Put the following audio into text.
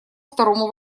второму